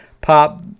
Pop